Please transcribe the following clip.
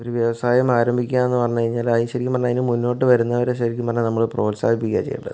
ഒരു വ്യവസായം ആരംഭിക്കുകയെന്ന് പറഞ്ഞുകഴിഞ്ഞാൽ അത് ശരിക്കും പറഞ്ഞ് കഴിഞ്ഞാൽ മുന്നോട്ട് വരുന്നവരെ ശരിക്കും പറഞ്ഞാൽ നമ്മൾ പ്രോത്സാഹിപ്പിക്കുകയാണു ചെയ്യേണ്ടത്